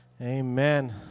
Amen